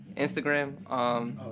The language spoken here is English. Instagram